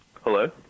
Hello